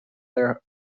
their